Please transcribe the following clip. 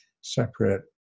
separate